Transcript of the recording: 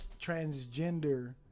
transgender